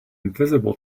visible